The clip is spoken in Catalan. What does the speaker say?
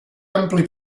ampli